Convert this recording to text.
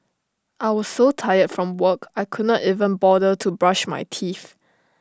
I was so tired from work I could not even bother to brush my teeth